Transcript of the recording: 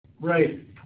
Right